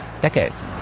decades